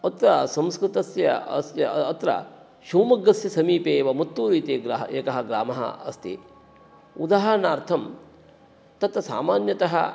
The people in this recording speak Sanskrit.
अत्र संस्कृतस्य अस्य अत्र शिव्मोग्गस्य समीपे एव मत्तूर् इति एकः ग्रामः अस्ति उदाहरणार्थं तत्र सामान्यतः